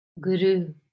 Guru